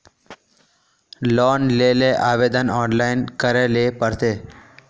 Loan लेले आवेदन online करे ले पड़ते?